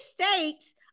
states